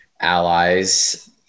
allies